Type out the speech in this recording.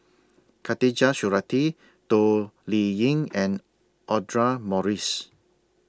Khatijah Surattee Toh Liying and Audra Morrice